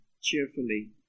cheerfully